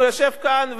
הוא יושב כאן,